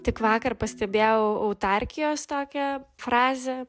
tik vakar pastebėjau autarkijos tokią frazę